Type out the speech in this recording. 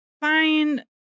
fine